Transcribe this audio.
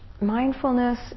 mindfulness